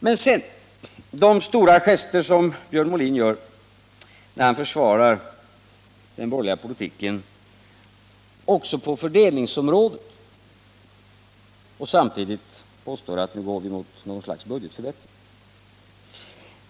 Med stora gester försvarar Björn Molin den borgerliga politiken också på fördelningsområdet och påstår samtidigt att nu går vi mot en budgetförbättring.